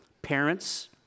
Parents